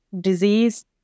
disease